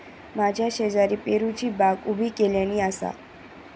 माझ्या शेजारी पेरूची बागा उभी केल्यानी आसा